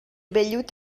vellut